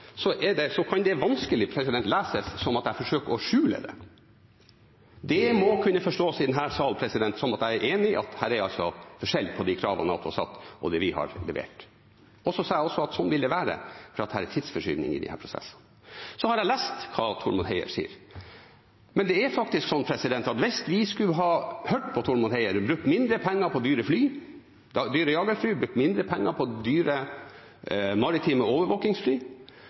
det vi har lagt fram i langtidsplanen, kan det vanskelig forstås som at jeg forsøker å skjule det. Det må kunne forstås i denne sal som at jeg er enig, at det altså er forskjell på de kravene NATO har stilt, og det vi har levert. Jeg sa også at sånn vil det være, fordi det er tidsforskyvninger i disse prosessene. Jeg har lest hva Tormod Heier sier, men det er faktisk sånn at hvis vi skulle ha hørt på Tormod Heier og brukt mindre penger på dyre jagerfly, brukt mindre penger på dyre maritime